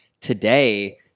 today